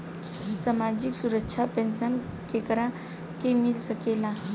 सामाजिक सुरक्षा पेंसन केकरा के मिल सकेला?